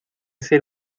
ser